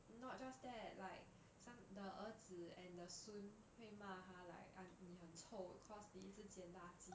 not just that like some the 儿子 and the 孙会骂她 like un~ 妳很臭 cause 妳一直捡垃圾